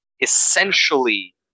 essentially